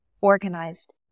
organized